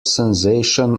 sensation